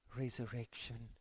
resurrection